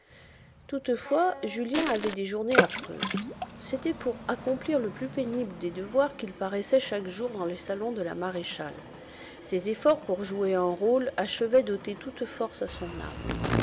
toutefois julien avait des journées affreuses c'était pour accomplir le plus pénible des devoirs qu'il paraissait chaque jour dans le salon de la maréchale ses efforts pour jouer un rôle achevaient d'ôter toute force à son âme